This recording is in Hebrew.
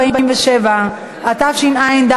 מרגי, אינו נוכח, חבר הכנסת ג'מאל זחאלקה,